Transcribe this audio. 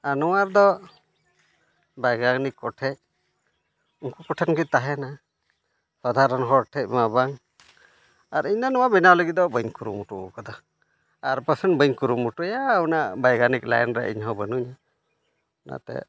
ᱟᱨ ᱱᱚᱣᱟ ᱨᱮᱫᱚ ᱵᱚᱹᱭᱜᱟᱱᱤᱠ ᱠᱚᱴᱷᱮᱡ ᱩᱱᱠᱩ ᱠᱚ ᱴᱷᱮᱱ ᱜᱮ ᱛᱟᱦᱮᱱᱟ ᱥᱟᱫᱷᱟᱨᱚᱱ ᱦᱚᱲ ᱴᱷᱮᱱᱢᱟ ᱵᱟᱝ ᱟᱨ ᱤᱧ ᱫᱚ ᱱᱚᱣᱟ ᱵᱮᱱᱟᱣ ᱞᱟᱹᱜᱤᱫ ᱫᱚ ᱵᱟᱹᱧ ᱠᱩᱨᱩᱢᱩᱴᱩᱣ ᱠᱟᱫᱟ ᱟᱨ ᱯᱟᱥᱮᱫ ᱵᱟᱹᱧ ᱠᱩᱨᱩᱢᱩᱴᱩᱭᱟ ᱩᱱᱟᱹᱜ ᱵᱚᱹᱭᱜᱟᱱᱤᱠ ᱞᱟᱭᱤᱱ ᱨᱮ ᱤᱧ ᱦᱚᱸ ᱵᱟᱹᱱᱩᱧᱟ ᱚᱱᱟᱛᱮ